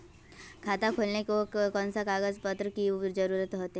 खाता खोलेले कौन कौन सा कागज पत्र की जरूरत होते?